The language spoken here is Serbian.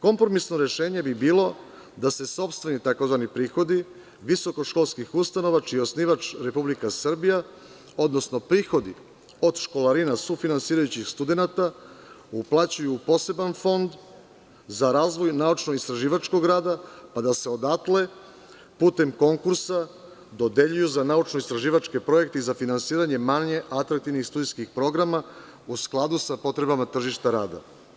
Kompromisno rešenje bi bilo da se sopstveni tzv. prihodi visokoškolskih ustanova čiji je osnivač Republika Srbija odnosno prihodi od školarina sufinansirajućih studenata uplaćuju u poseban fond za razvoj naučno-istraživačkog rada, pa da se odatle putem konkursa dodeljuju za naučno-istraživačke projekte i za finansiranje manje atraktivnih studentskih programa, u skladu sa potrebama tržišta rada.